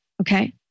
Okay